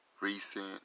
recent